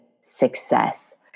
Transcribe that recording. Success